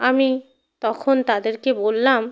আমি তখন তাদেরকে বললাম